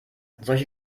solche